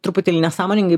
truputėlį nesąmoningai